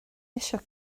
eisiau